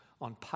on